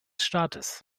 staates